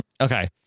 Okay